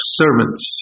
servants